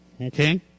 okay